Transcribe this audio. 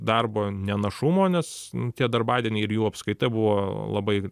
darbo ne našumo nes tie darbadienį ir jų apskaita buvo labai